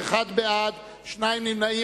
בעד, 1, ושני נמנעים.